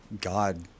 God